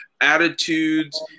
attitudes